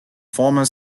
former